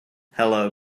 hello